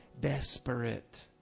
desperate